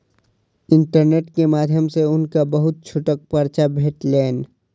internet के माध्यम सॅ हुनका बहुत छूटक पर्चा भेटलैन